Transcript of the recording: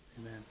Amen